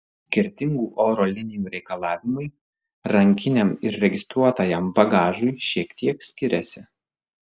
skirtingų oro linijų reikalavimai rankiniam ir registruotajam bagažui šiek tiek skiriasi